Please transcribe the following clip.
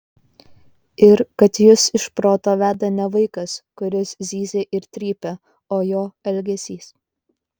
ir kad jus iš proto veda ne vaikas kuris zyzia ir trypia o jo elgesys